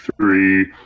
three